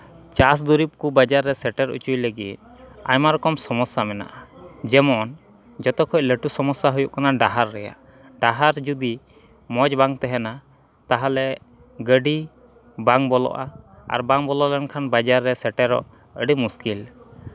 ᱪᱟᱥ ᱫᱩᱨᱤᱵᱽ ᱠᱚ ᱵᱟᱡᱟᱨ ᱨᱮ ᱥᱮᱴᱮᱨ ᱥᱦᱚᱪᱚᱭ ᱞᱟᱹᱜᱤᱫ ᱟᱭᱢᱟ ᱨᱚᱠᱚᱢ ᱥᱚᱢᱚᱥᱥᱟ ᱢᱮᱱᱟᱜᱼᱟ ᱡᱮᱢᱚᱱ ᱡᱚᱛᱚ ᱠᱷᱚᱡ ᱞᱟᱹᱴᱩ ᱥᱚᱢᱚᱥᱥᱟ ᱦᱩᱭᱩᱜ ᱠᱟᱱᱟ ᱰᱟᱦᱟᱨ ᱨᱮᱭᱟᱜ ᱰᱟᱦᱟᱨ ᱡᱚᱫᱤ ᱢᱚᱡᱽ ᱵᱟᱝ ᱛᱟᱦᱮᱱᱟ ᱛᱟᱦᱞᱮ ᱜᱟᱹᱰᱤ ᱵᱟᱝ ᱵᱚᱞᱚᱜᱼᱟ ᱟᱨ ᱵᱟᱝ ᱵᱚᱞᱚ ᱞᱮᱱᱠᱷᱟᱱ ᱵᱟᱡᱟᱨ ᱨᱮ ᱥᱮᱴᱮᱨᱚᱜ ᱟᱹᱰᱤ ᱢᱩᱥᱠᱤᱞ